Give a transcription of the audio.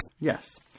Yes